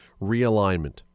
realignment